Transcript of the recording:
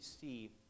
see